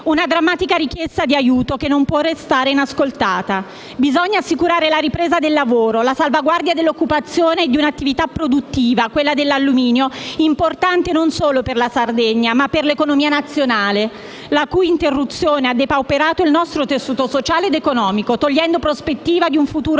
una drammatica richiesta di aiuto che non può restare inascoltata. Bisogna assicurare la ripresa del lavoro, la salvaguardia dell'occupazione di un'attività produttiva, quella dell'alluminio, importante non solo per la Sardegna, ma per l'economia nazionale, la cui interruzione ha depauperato il nostro tessuto sociale ed economico, togliendo prospettiva di un futuro all'Italia